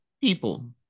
People